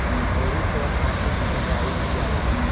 औवरी कौन माटी मे डाई दियाला?